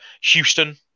Houston